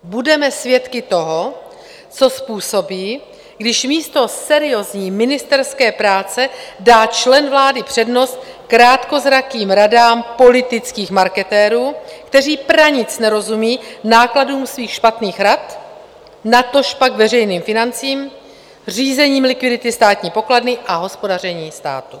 Budeme svědky toho, co způsobí, když místo seriózní ministerské práce dá člen vlády přednost krátkozrakým radám politických marketérů, kteří pranic nerozumí nákladům svých špatných rad, natož pak veřejným financím, řízením likvidity státní pokladny a hospodaření státu.